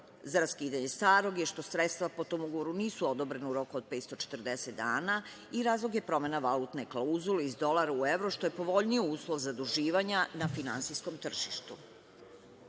raskidanje starog je što sredstva po tom ugovoru nisu odobrena u roku od 540 dana i razlog je promena valutne klauzule iz dolara u evro što je povoljniji uslov zaduživanja na finansijskom tržištu. Predlog